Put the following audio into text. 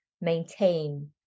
maintain